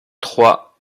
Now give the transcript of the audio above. trois